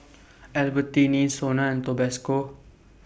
Albertini Sona and Tabasco